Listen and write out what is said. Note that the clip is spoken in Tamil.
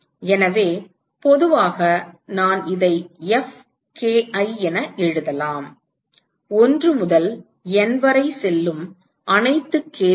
எனவே பொதுவாக நான் இதை Fki என எழுதலாம் 1 முதல் N வரை செல்லும் அனைத்து k க்கும்